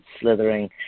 slithering